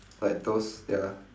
like those ya